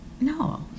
No